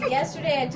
yesterday